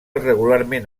regularment